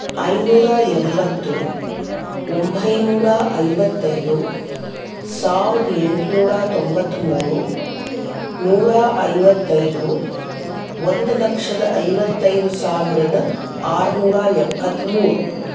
ಐನೂರ ಎಂಬತ್ತು ಒಂಬೈನೂರ ಐವತ್ತೈದು ಸಾವಿರದ ಎಂಟುನೂರ ತೊಂಬತ್ತಮೂರು ನೂರ ಐವತ್ತೈದು ಒಂದು ಲಕ್ಷದ ಐವತ್ತೈದು ಸಾವಿರದ ಆರ್ನೂರ ಎಪ್ಪತ್ತಮೂರು